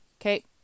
Okay